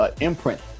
imprint